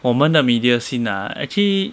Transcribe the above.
我们的 media scene ah actually